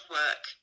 work